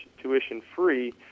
tuition-free